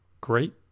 great